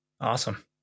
Awesome